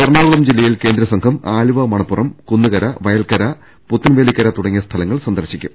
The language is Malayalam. എറണാകുളം ജില്ലയിൽ കേന്ദ്രസംഘം ആലുവാ മണപ്പുറം കുന്നുകര വയൽക്കര പുത്തൻവേലിക്കര തുടങ്ങിയ സ്ഥലങ്ങൾ സന്ദർശിക്കും